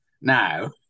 now